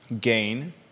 gain